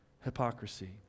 hypocrisy